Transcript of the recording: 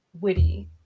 witty